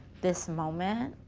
this moment,